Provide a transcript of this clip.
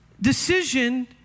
decision